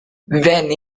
venne